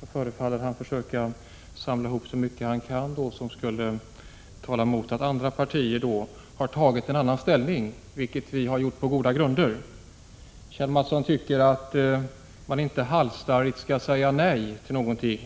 månad förefaller han vilja samla ihop så mycket som möjligt som talar emot att andra partier har tagit en annan ställning, vilket vi har gjort på goda grunder. Kjell Mattsson tycker att maniinte halsstarrigt skall säga nej till någonting.